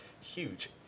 huge